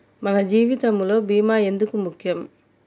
మన జీవితములో భీమా ఎందుకు ముఖ్యం?